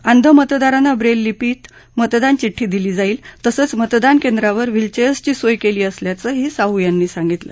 अंध मतदारांना ब्रेल लिपित मतदान चिठ्ठी दिली जाईल तसंच मतदान केंद्रांवर व्हीलचेअर्सची सोय केली असल्याचं साहू यांनी सांगितलं